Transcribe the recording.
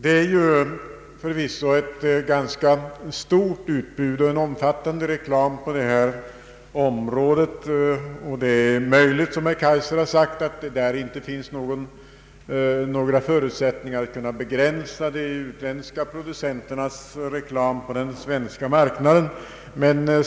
Det är förvisso ett ganska stort utbud och en omfattande reklam på detta område. Det är möjligt, som herr Kaijser nämnde, att det inte finns några förutsättningar att kunna begränsa de utländska producenternas reklam på den svenska marknaden.